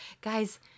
Guys